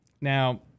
now